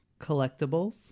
Collectibles